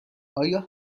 آیا